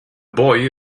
boy